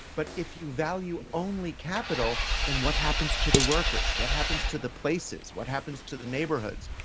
but if you value only capital, then what happens to the workers? what happens to the places, what happens to the neighbourhoods?